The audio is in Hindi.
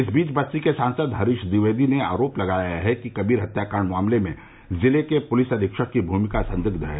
इस बीच बस्ती के सांसद हरीश द्विवेदी ने आरोप लगाया है कि कबीर हत्या कांड मामले में जिले के पुलिस अधीक्षक की भूमिका संदिग्ध है